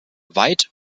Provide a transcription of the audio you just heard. weit